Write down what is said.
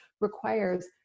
requires